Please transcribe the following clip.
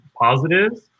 positives